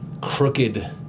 crooked